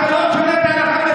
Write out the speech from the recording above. אתה לא תשנה את ההלכה,